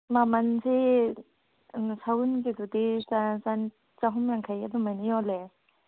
ꯃꯃꯜꯁꯤ ꯁꯎꯟꯒꯤꯗꯨꯗꯤ ꯆꯍꯨꯝ ꯌꯥꯡꯈꯩ ꯑꯗꯨꯃꯥꯏꯅ ꯌꯣꯜꯂꯦ